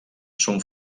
són